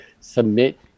submit